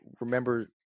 remember